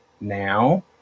now